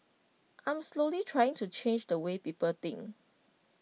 I'm slowly trying to change the way people think